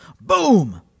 Boom